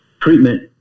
treatment